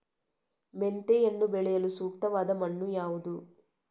ಮೆಂತೆಯನ್ನು ಬೆಳೆಯಲು ಸೂಕ್ತವಾದ ಮಣ್ಣು ಯಾವುದು?